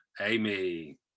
Amy